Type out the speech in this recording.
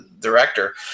director